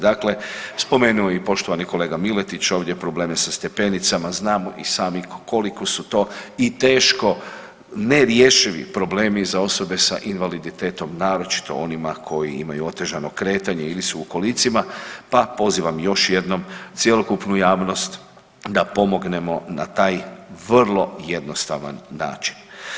Dakle, spomenu je i poštovani kolega Miletić ovdje probleme sa stepenicama znamo i sami koliko su to i teško nerješivi problemi za osobe sa invaliditetom naročito onima koji imaju otežano kretanje ili su u kolicima pa pozivam još jednom cjelokupnu javnost da pomognemo na taj vrlo jednostavan način.